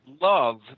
love